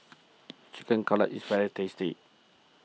Chicken Cutlet is very tasty